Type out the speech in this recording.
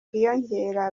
bwiyongera